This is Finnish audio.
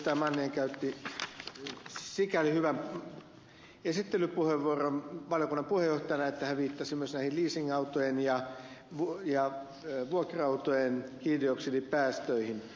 manninen käytti sikäli hyvän esittelypuheenvuoron valiokunnan puheenjohtajana että hän viittasi myös näihin leasingautojen ja vuokra autojen hiilidioksidipäästöihin